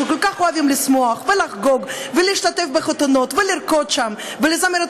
שכל כך אוהבים לשמוח ולחגוג ולהשתתף בחתונות ולרקוד שם ולזמר את